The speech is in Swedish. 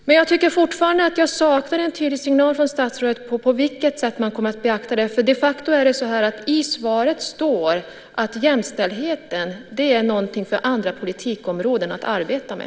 Men jag tycker fortfarande att jag saknar en tydlig signal från statsrådet om vilket sätt man kommer att beakta detta på. För de facto är det så att i svaret står att jämställdheten är någonting för andra politikområden att arbeta med.